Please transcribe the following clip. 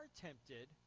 tempted